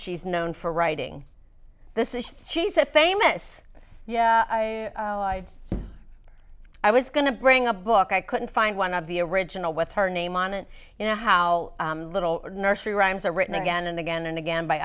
she's known for writing this is she said famous yeah i was going to bring a book i couldn't find one of the original with her name on it you know how little nursery rhymes are written again and again and again by